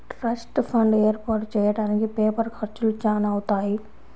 trust fund ఏర్పాటు చెయ్యడానికి paper ఖర్చులు చానా అవుతాయి